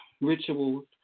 rituals